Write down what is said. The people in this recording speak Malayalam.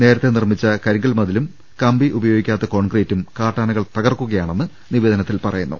നേരത്തെ നിർമിച്ച കരിങ്കൽ മതിലും കമ്പി ഉപയോഗിക്കാത്ത കോൺക്രീറ്റും കാട്ടാനകൾ തകർക്കുകയാണെന്ന് നിവേദനത്തിൽ പറയുന്നു